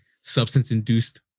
substance-induced